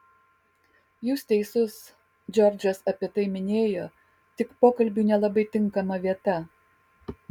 jūs teisus džordžas apie tai minėjo tik pokalbiui nelabai tinkama vieta